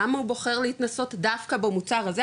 למה הוא בוחר להתנסות דווקא למוצר הזה,